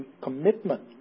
commitment